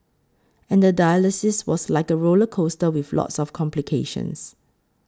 and the dialysis was like a roller coaster with lots of complications